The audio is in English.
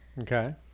Okay